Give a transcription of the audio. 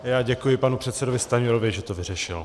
Já děkuji panu předsedovi Stanjurovi, že to vyřešil.